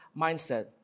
mindset